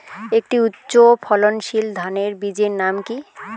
একটি উচ্চ ফলনশীল ধানের বীজের নাম কী?